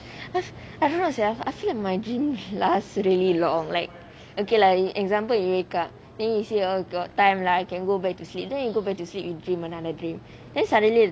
I I don't know how to say I feel like my dream last really long like okay lah example you wake up then you see hor got time lah I can go back to sleep then you go back to sleep you dream another dream then suddenly